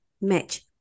match